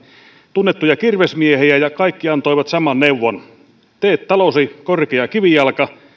tunnettuja kirvesmiehiä ja kaikki antoivat saman neuvon tee taloosi korkea kivijalka